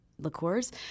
Liqueurs